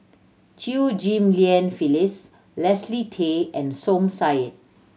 Chew Ghim Lian Phyllis Leslie Tay and Som Said